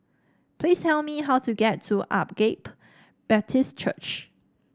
please tell me how to get to Agape Baptist Church